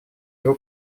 его